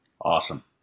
Awesome